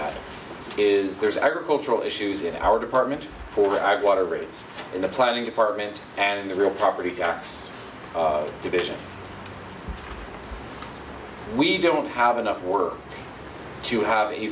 at is there's agricultural issues in our department for i want to raise in the planning department and the real property tax division we don't have enough work to have a